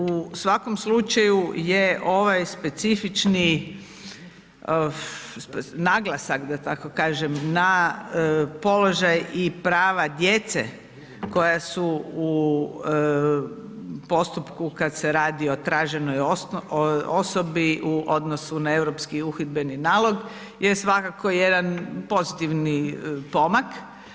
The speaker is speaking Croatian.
U svakom slučaju je ovaj specifični naglasak da tako kažem na položaj i prava djece koja su u postupku kad se radi o traženoj osobi u odnosu na Europski uhidbeni nalog je svakako jedan pozitivni pomak.